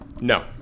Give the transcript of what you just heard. No